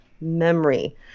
memory